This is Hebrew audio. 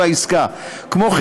ולא